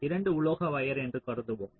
2 உலோக வயர் என்று கருதுகிறோம்